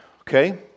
okay